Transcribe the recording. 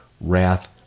wrath